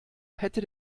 hätte